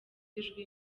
ijwi